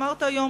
אמרת היום